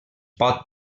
pot